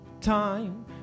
time